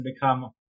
become